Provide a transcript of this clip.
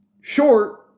short